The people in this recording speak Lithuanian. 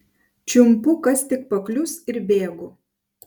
čiumpu kas tik paklius ir bėgu